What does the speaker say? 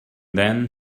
then